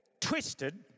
twisted